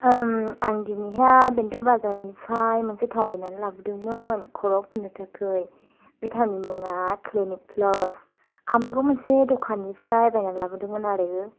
आं दिनैहाय बेंटल बाजारनिफ्राय मोनसे थाव बाइनानै लाबोदोंमोन खर'आव फुननो थाखाय बे थावनि मुङा क्लिनिक प्लास आं बेखौ मोनसे दखाननिफ्राय बायनानै लाबोदोंमोन आरो